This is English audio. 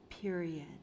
period